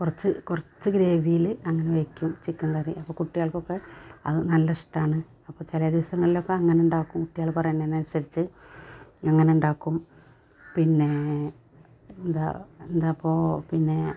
കുറച്ചു കുറച്ചു ഗ്രേവിയിൽ അങ്ങനെ വെയ്ക്കും ചിക്കൻ കറി അപ്പം കുട്ടികൾക്കൊക്കെ അതു നല്ലിഷ്ടമാണ് അപ്പം ചില ദിവസങ്ങളിലൊക്കെ അങ്ങനെയുണ്ടാക്കും കുട്ടികൾ പറയുന്നതിനനുസരിച്ച് അങ്ങനെയുണ്ടാക്കും പിന്നേ എന്താ എന്താ ഇപ്പോൾ പിന്നേ